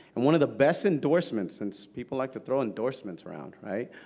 and one of the best endorsements, since people like to throw endorsements around, right,